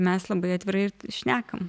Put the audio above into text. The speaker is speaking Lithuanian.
mes labai atvirai ir šnekam